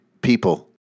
people